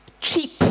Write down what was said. cheap